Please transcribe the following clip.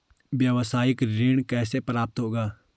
व्यावसायिक ऋण कैसे प्राप्त होगा?